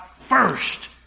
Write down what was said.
first